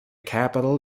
capital